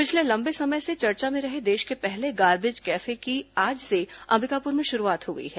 पिछले लंबे समय से चर्चा में रहे देश के पहले गार्बेज कैफे की आज से अंबिकापुर में शुरूआत हो गई है